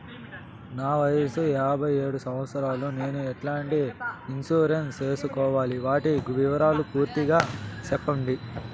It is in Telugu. నా వయస్సు యాభై ఏడు సంవత్సరాలు నేను ఎట్లాంటి ఇన్సూరెన్సు సేసుకోవాలి? వాటి వివరాలు పూర్తి గా సెప్పండి?